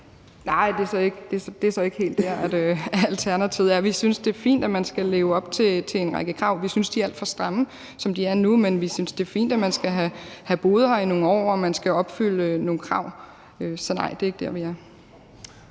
Nej, det er så ikke helt der, Alternativet er. Vi synes, det er fint, at man skal leve op til en række krav. Vi synes, de er alt for stramme, som de er nu, men vi synes, det er fint, at man skal have boet her i nogle år, og at man skal opfylde nogle krav. Så nej, det er ikke der, vi er.